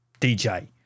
DJ